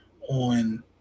on